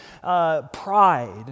pride